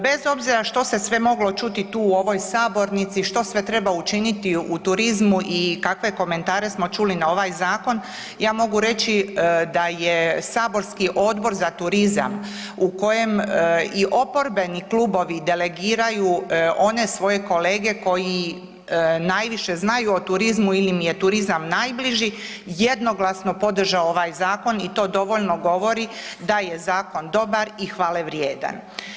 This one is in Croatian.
Bez obzira što se sve moglo čuti tu u ovoj sabornici što sve treba učiniti u turizmu i kakve komentare smo čuli na ovaj zakon, ja mogu reći da je saborski Odbor za turizam u kojem i oporbeni klubovi delegiraju one svoje kolege koji najviše znaju o turizmu ili im je turizam najbliži jednoglasno podržao ovaj zakon i to dovoljno govori da je zakon dobar i hvale vrijedan.